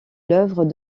l’œuvre